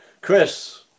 Chris